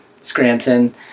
Scranton